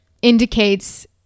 indicates